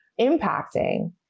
impacting